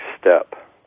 step